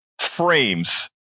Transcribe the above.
frames